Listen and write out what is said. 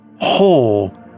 whole